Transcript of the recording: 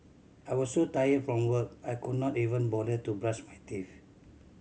I was so tired from work I could not even bother to brush my teeth